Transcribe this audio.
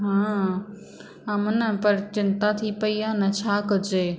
हा हा माना पर चिंता थी पेई आहे न छा कजे